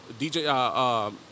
DJ